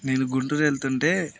నేను గుంటూర్ ఎళ్తుంటే